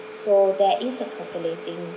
so there is a calculating